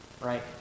Right